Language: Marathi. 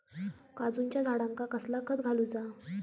काजूच्या झाडांका कसला खत घालूचा?